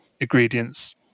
ingredients